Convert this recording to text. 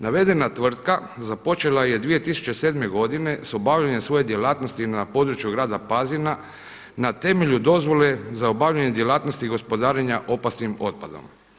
Navedena tvrtka započela je 2007. godine sa obavljanjem svoje djelatnosti na području grada Pazina na temelju dozvole za obavljanje djelatnosti gospodarenja opasnim otpadom.